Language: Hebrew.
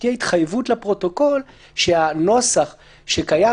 שתהיה התחייבות לפרוטוקול שהנוסח שקיים